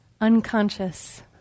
Unconscious